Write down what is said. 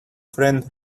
friend